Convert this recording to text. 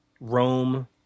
Rome